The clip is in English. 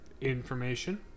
information